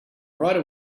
right